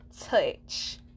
touch